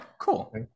cool